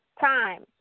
time